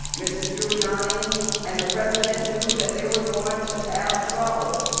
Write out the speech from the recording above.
mr. giuliani and the president knew that they were going to have trouble,